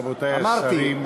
רבותי השרים,